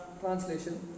Translation